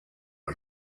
why